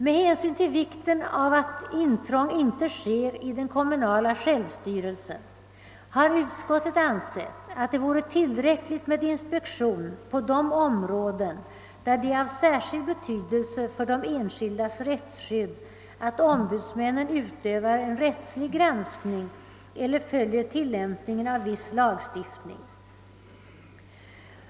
Med hänsyn till vikten av att intrång inte sker i den kommunala självstyrelsen har utskottet ansett, att det vore tillräckligt med inspektion på de områden där det är av särskild betydelse för de enskildas rättsskydd att ombudsmännen utövar en rättslig granskning eller följer tillämpningen av viss lagstiftning.